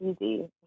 easy